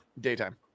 daytime